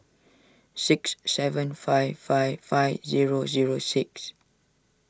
six seven five five five zero zero six